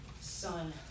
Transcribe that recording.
Son